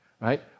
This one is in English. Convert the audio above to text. right